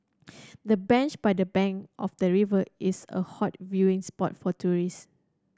the bench by the bank of the river is a hot viewing spot for tourist